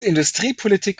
industriepolitik